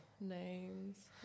names